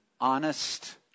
honest